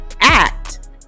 act